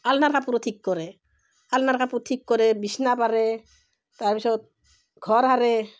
আলনাৰ কাপোৰো ঠিক কৰে আলনাৰ কাপোৰ ঠিক কৰে বিচনা পাৰে তাৰপিছত ঘৰ সাৰে